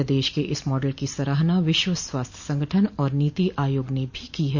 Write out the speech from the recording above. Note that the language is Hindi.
प्रदेश के इस मॉडल की सराहना विश्व स्वास्थ्य संगठन और नीति आयोग ने भी की है